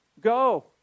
go